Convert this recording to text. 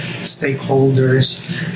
stakeholders